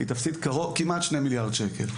היא תפסיד כמעט 2 מיליארד שקל.